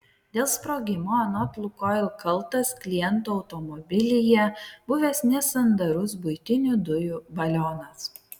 dėl sprogimo anot lukoil kaltas kliento automobilyje buvęs nesandarus buitinių dujų balionas